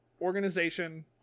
organization